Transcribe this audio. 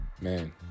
man